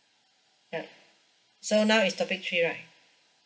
yup so now is topic three right